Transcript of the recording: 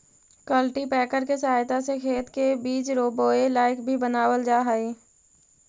cultipacker के सहायता से खेत के बीज बोए लायक भी बनावल जा हई